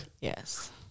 Yes